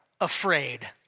afraid